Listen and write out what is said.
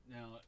Now